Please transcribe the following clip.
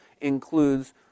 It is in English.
includes